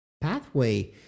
pathway